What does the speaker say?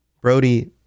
Brody